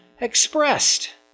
expressed